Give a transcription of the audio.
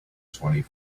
twenty